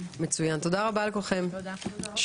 הישיבה נעולה.